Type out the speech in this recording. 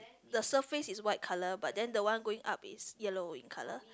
the surface is white colour but then the one going up is yellow in colour